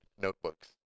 notebooks